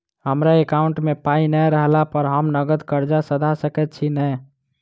हमरा एकाउंट मे पाई नै रहला पर हम नगद कर्जा सधा सकैत छी नै?